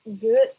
good